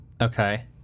okay